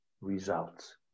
results